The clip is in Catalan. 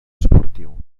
esportiu